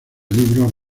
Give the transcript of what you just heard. libros